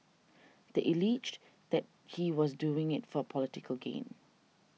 they alleged that he was doing it for political gain